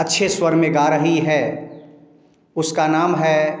अच्छे स्वर में गा रही है उसका नाम है